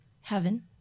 heaven